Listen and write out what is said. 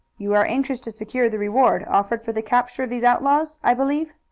you are anxious to secure the reward offered for the capture of these outlaws, i believe.